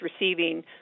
receiving